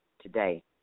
today